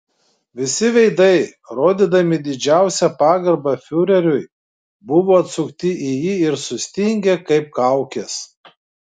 visi veidai rodydami didžiausią pagarbą fiureriui buvo atsukti į jį ir sustingę kaip kaukės